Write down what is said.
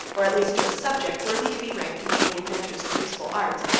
or, at least, to a subject, worthy to be ranked among the inventors of useful arts,